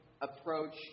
approach